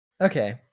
Okay